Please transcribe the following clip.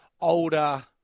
older